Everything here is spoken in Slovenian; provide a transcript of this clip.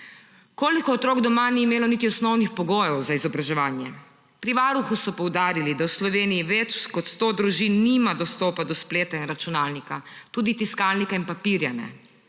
Koliko otrok doma ni imelo niti osnovnih pogojev za izobraževanje? Pri Varuhu so poudarili, da v Sloveniji več kot 100 družin nima dostopa do spleta in računalnika, tudi tiskalnika in papirja ne.